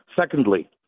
Secondly